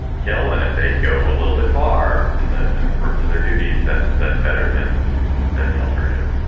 kill and if they go a little bit far in the performance of their duties, that's that's better than than the alternative